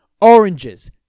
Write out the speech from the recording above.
oranges